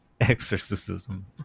exorcism